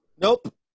Nope